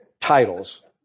titles